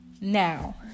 Now